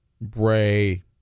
Bray